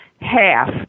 half